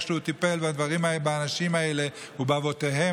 איך הוא טיפל באנשים האלה ובאבותיהם,